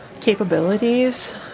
capabilities